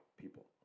people